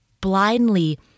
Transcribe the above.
blindly